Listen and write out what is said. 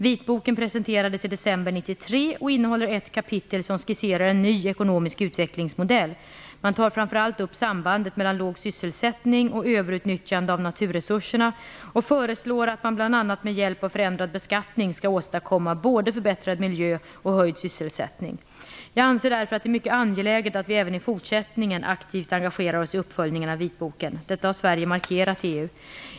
Vitboken presenterades i december 1993 och innehåller ett kapitel som skisserar en ny ekonomisk utvecklingsmodell. Man tar framför allt upp sambandet mellan låg sysselsättning och överutnyttjande av naturresurserna, och det föreslås att man bl.a. med hjälp av förändrad beskattning skall åstadkomma både förbättrad miljö och höjd sysselsättning. Jag anser därför att det är mycket angeläget att vi även i fortsättningen aktivt engagerar oss i uppföljningen av vitboken. Detta har Sverige markerat i EU.